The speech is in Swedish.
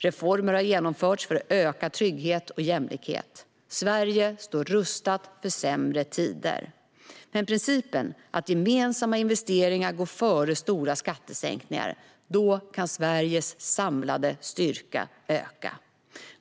Reformer har genomförts för att öka trygghet och jämlikhet. Sverige står rustat för sämre tider. Med principen att gemensamma investeringar går före stora skattesänkninga kan Sveriges samlade styrka öka.